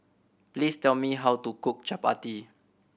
please tell me how to cook Chapati